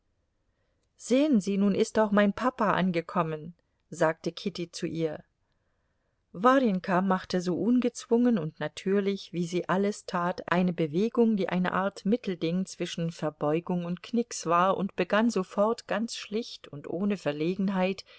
sehen sie nun ist auch mein papa angekommen sagte kitty zu ihr warjenka machte so ungezwungen und natürlich wie sie alles tat eine bewegung die eine art mittelding zwischen verbeugung und knicks war und begann sofort ganz schlicht und ohne verlegenheit